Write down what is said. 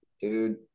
dude